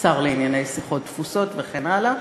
שר לענייני שיחות תפוסות וכן הלאה.